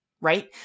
right